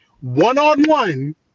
one-on-one